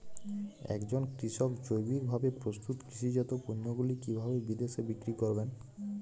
একজন কৃষক জৈবিকভাবে প্রস্তুত কৃষিজাত পণ্যগুলি কিভাবে বিদেশে বিক্রি করবেন?